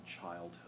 childhood